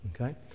okay